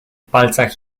palcach